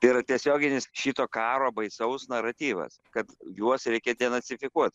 tai yra tiesioginis šito karo baisaus naratyvas kad juos reikia denacifikuot